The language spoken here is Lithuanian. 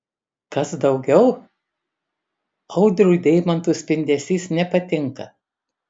kas daugiau audriui deimantų spindesys nepatinka